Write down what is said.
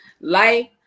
life